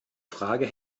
frage